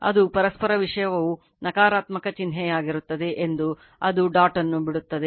ಅದು ಪರಸ್ಪರ ವಿಷಯವು ನಕಾರಾತ್ಮಕ ಚಿಹ್ನೆಯಾಗಿರುತ್ತದೆ ಎಂದು ಅದು ಡಾಟ್ ಅನ್ನು ಬಿಡುತ್ತದೆ